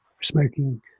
smoking